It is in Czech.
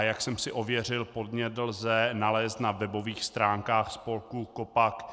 Jak jsem si ověřil, podnět lze nalézt na webových stránkách spolku KOPAC.